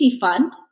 fund